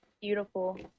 beautiful